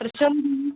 പ്രച്ചം